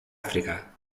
áfrica